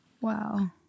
Wow